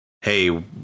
hey